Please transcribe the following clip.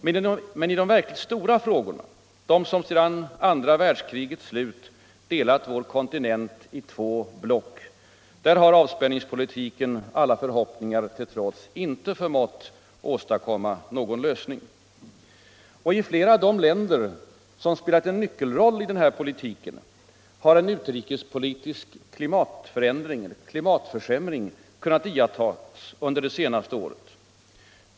Men i de verkligt stora frågorna, som sedan andra världskrigets slut delat vår kontinent i två block, har avspänningspolitiken — alla för hoppningar till trots — inte förmått åstadkomma någon lösning. I flera av de länder som spelat en nyckelroll i den här politiken har en utrikespolitisk klimatförsämring kunnat iakttas under det senaste året.